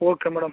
okay madam